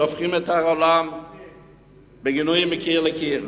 הופכים את העולם בגינויים מקיר לקיר.